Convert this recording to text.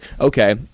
okay